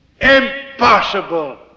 Impossible